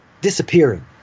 disappearing